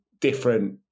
different